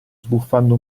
sbuffando